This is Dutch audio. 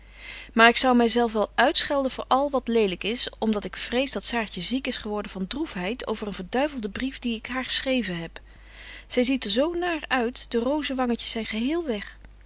maar ik zou my zelf wel uitschelden voor al wat lelyk is om dat ik vrees dat saartje ziek is geworden van droefheid over een verduivelden brief dien ik haar geschreven heb zy ziet er zo naar uit de rozenwangetjes zyn geheel weg